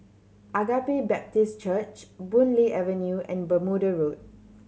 Agape Baptist Church Boon Lay Avenue and Bermuda Road